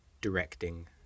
directing